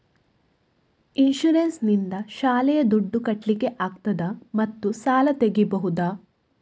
Insurance ನಿಂದ ಶಾಲೆಯ ದುಡ್ದು ಕಟ್ಲಿಕ್ಕೆ ಆಗ್ತದಾ ಮತ್ತು ಸಾಲ ತೆಗಿಬಹುದಾ?